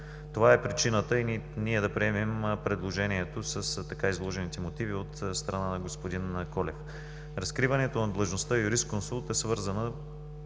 Това е причината и ние да приемем предложението с така изложените мотиви от страна на господин Колев. Разкриването на длъжността „юрисконсулт“ е свързана